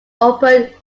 opened